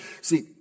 See